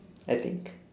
I think